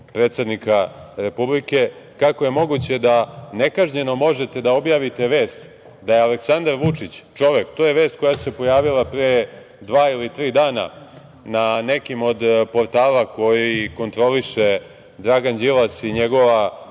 predsednika Republike, kako je moguće da nekažnjeno možete da objavite vest da je Aleksandar Vučić čovek, to je vest koja se pojavila pre dva ili tri dana na nekim od portala koje kontroliše Dragan Đilas i njegova